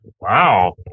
Wow